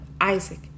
Isaac